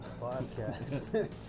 podcast